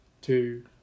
two